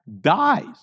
dies